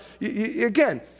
again